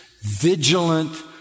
vigilant